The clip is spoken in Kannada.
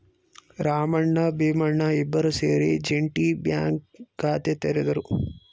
ರಾಮಣ್ಣ ಭೀಮಣ್ಣ ಇಬ್ಬರೂ ಸೇರಿ ಜೆಂಟಿ ಬ್ಯಾಂಕ್ ಖಾತೆ ತೆರೆದರು